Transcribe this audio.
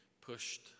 pushed